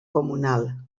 comunal